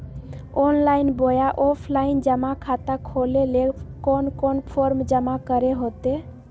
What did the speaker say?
Online बोया offline जमा खाता खोले ले कोन कोन फॉर्म जमा करे होते?